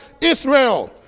Israel